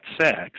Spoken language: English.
sex